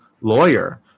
lawyer